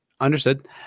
Understood